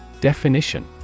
Definition